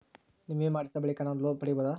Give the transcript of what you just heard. ವಿಮೆ ಮಾಡಿಸಿದ ಬಳಿಕ ನಾನು ಲೋನ್ ಪಡೆಯಬಹುದಾ?